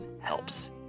helps